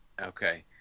Okay